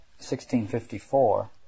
1654